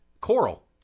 Coral